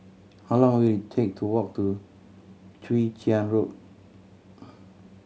how long will it take to walk to Chwee Chian Road